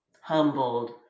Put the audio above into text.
humbled